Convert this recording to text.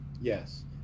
Yes